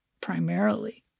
primarily